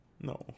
No